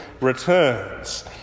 returns